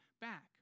back